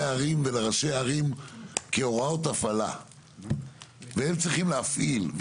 העיר ולראשי הערים כהוראות הפעלה והם צריכים להפעיל.